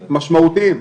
משמעותיים.